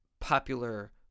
popular